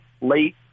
late